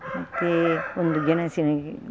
ಮತ್ತೆ ಒಂದು ಗೆಣಸಿನ ಗಿ